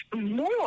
more